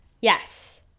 Yes